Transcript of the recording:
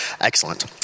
Excellent